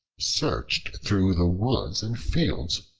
searched through the woods and fields,